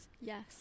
Yes